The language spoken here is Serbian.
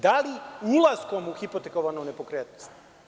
Da li ulaskom u hipotekovanu nepokretnost?